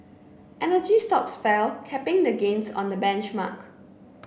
energy stocks fell capping the gains on the benchmark